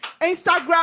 Instagram